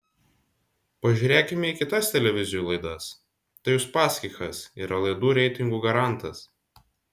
pažiūrėkime į kitas televizijų laidas tai uspaskichas yra laidų reitingų garantas